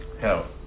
Hell